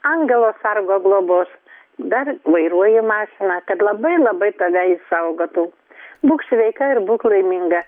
angelo sargo globos dar vairuoji mašiną kad labai labai tave jis saugotų būk sveika ir būk laiminga